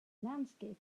landscape